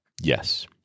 Yes